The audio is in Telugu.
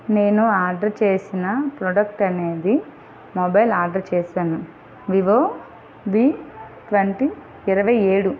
నేను ఆర్డర్ చేసిన ప్రోడక్ట్ అనేది మొబైల్ ఆర్డర్ చేశాను వివో వి ట్వంటీ ఇరవై ఏడు